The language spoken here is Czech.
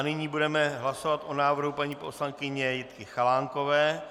Nyní budeme hlasovat o návrhu paní poslankyně Jitky Chalánkové.